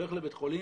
הולך לבית חולים,